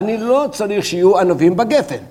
אני לא צריך שיהיו ענבים בגפן.